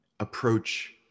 approach